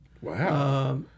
Wow